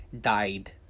died